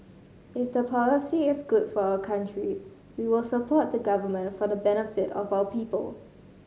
if the policy is good for our country we will support the Government for the benefit of our people